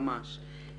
ממש.